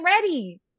ready